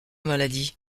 maladie